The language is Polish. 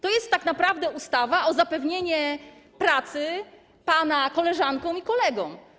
To jest tak naprawdę ustawa o zapewnieniu pracy pana koleżankom i kolegom.